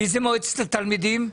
מי ממועצת התלמידים?